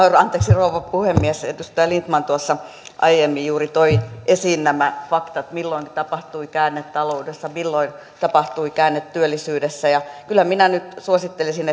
rouva puhemies edustaja lindtman tuossa aiemmin juuri toi esiin nämä faktat milloin tapahtui käänne taloudessa milloin tapahtui käänne työllisyydessä ja kyllä minä nyt suosittelisin